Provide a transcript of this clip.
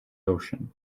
ocean